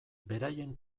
beraien